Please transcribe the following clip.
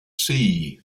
see